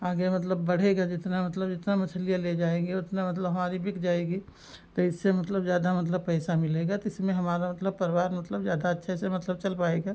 आगे मतलब बढ़ेगा जितना मतलब जितना मछलियाँ ले जाएँगे उतना मतलब हमारी बिक जाएगी तो इससे मतलब ज़्यादा मतलब पैसा मिलेगा तो इसमें हमारा मतलब परिवार मतलब ज़्यादा अच्छे से मतलब चल पाएगा